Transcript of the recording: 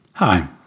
Hi